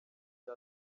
bya